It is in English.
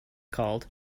called